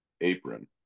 apron